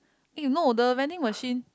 eh no the vending machine